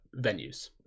venues